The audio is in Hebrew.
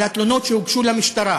על התלונות שהוגשו למשטרה,